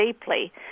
deeply